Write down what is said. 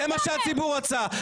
זה מה שהציבור רצה.